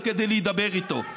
וכדי להידבר איתו.